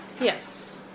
Yes